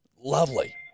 Lovely